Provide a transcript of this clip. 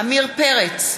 עמיר פרץ,